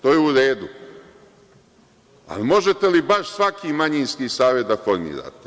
To je u redu, ali možete li baš svaki manjinski savet da formirate.